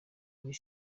niyo